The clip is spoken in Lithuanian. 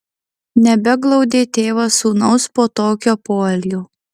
nebeglaudė tėvas sūnaus po tokio poelgio